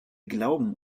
glauben